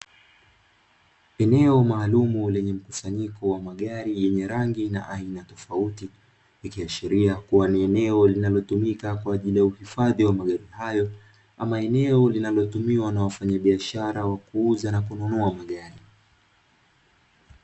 Eneo maalumu lenye mkusanyiko wa magari yenye rangi na aina tofauti, likiashiria kuwa ni eneo linalotumika kwa ajili ya uhifadhi wa magari hayo ama eneo linalotumiwa na wafanyabiashara wa kuuza na kununua magari.